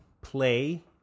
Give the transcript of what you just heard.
play